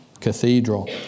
cathedral